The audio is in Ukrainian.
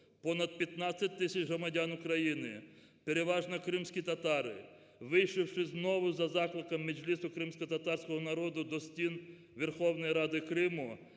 понад 15 тисяч громадян України, переважно кримські татари, вийшовши знову за закликами Меджлісу кримськотатарського народу до стін Верховної Ради Криму,